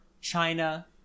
China